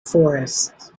forests